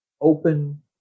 open